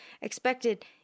expected